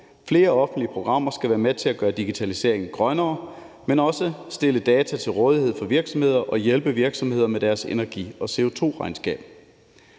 Flere offentlige programmer skal være med til at gøre digitaliseringen grønnere, men også stille data til rådighed for virksomheder og hjælpe virksomheder med deres energi- og CO2-regnskab.